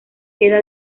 queda